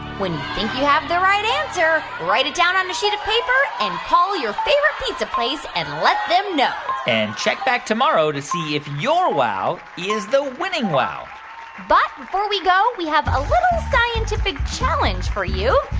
when you think you have the right answer, write it down on a sheet of paper and call your favorite pizza place and let them know and check back tomorrow to see if your wow is the winning wow but before we go, we have a little scientific challenge for you.